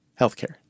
Healthcare